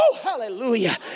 hallelujah